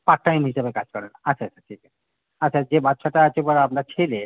part time হিসাবে কাজ করে আচ্ছা আচ্ছা ঠিক আছে আচ্ছা যে বাচ্চাটা আছে এবার আপনার ছেলে